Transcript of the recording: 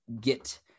get